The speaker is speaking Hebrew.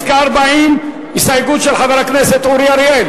חבר הכנסת נסים זאב ושל קבוצת סיעת חד"ש וקבוצת סיעת רע"ם-תע"ל